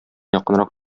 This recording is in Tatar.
якынрак